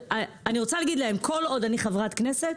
אני רוצה להגיד להם שכל עוד אני חברת כנסת